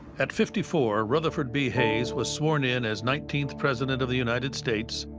at fifty four rutherford b. hayes was sworn in as nineteenth president of the united states